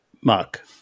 mark